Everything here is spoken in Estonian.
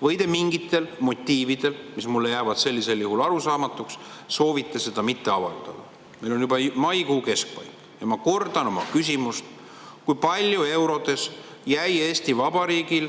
või te mingitel motiividel, mis mulle jäävad sellisel juhul arusaamatuks, soovite seda mitte avaldada. Meil on juba maikuu keskpaik. Ma kordan oma küsimust: kui palju – eurodes – jäi Eesti Vabariigil